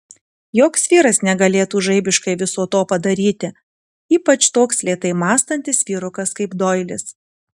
joks vyras negalėtų žaibiškai viso to padaryti ypač toks lėtai mąstantis vyrukas kaip doilis